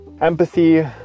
empathy